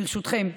ברשותכם.